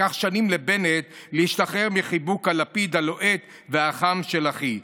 לקח שנים לבנט להשתחרר מחיבוק הלפיד הלוהט והחם של "אחי".